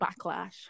backlash